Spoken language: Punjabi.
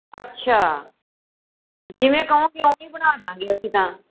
ਅੱਛਾ ਜਿਵੇਂ ਕਹੋ ਕਿ ਉਵੇਂ ਹੀ ਬਣਾ ਦਿਆਂਗੇ ਅਸੀਂ ਤਾਂ